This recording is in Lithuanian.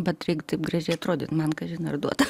bet reik taip gražiai atrodyti man kažin ar duota